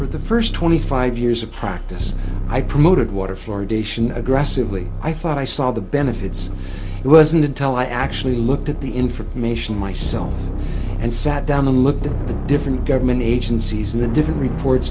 for the first twenty five years of practice i promoted water fluoridation aggressively i thought i saw the benefits it wasn't until i actually looked at the information myself and sat down and looked at the different government agencies and the different reports